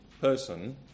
person